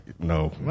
No